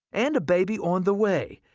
and a baby on the way,